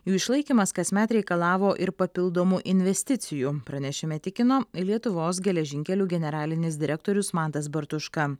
jų išlaikymas kasmet reikalavo ir papildomų investicijų pranešime tikino lietuvos geležinkelių generalinis direktorius mantas bartuška